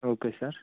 okay sir